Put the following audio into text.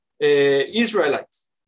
Israelites